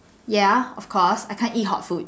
ya of course I can't eat hot food